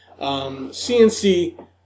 CNC